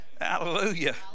Hallelujah